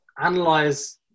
analyze